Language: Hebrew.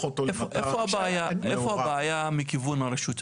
אותו למט"ש --- איפה הבעיה מכיוון הרשות?